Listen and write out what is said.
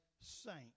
saint